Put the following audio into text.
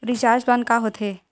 Recharge plan का होथे?